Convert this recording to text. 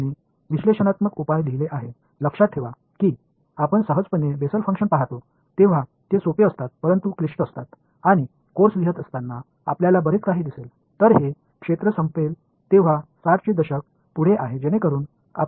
எனவே மக்கள் பகுப்பாய்வு தீர்வுகளை எழுதியுள்ளனர் நீங்கள் நிறைய பெசல் ஃபங்ஸன் களையும் இதைப் பார்க்கும் போது அவை எளிதானவை என்பது மிகவும் சிக்கலானதாகத் தெரியவில்லை மேலும் இந்த பாடத்திட்டத்தை எழுதுவதை நாங்கள் பார்ப்போம்